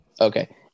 Okay